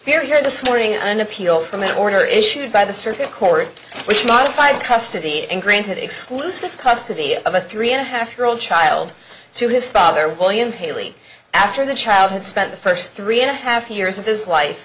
here here this morning an appeal from the order issued by the circuit court which modified custody and granted exclusive custody of a three and a half year old child to his father william paley after the child had spent the first three and a half years of his life